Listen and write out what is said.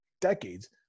decades